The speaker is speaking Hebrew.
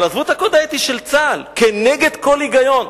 אבל עזבו את הקוד האתי של צה"ל, נגד כל היגיון.